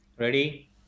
Ready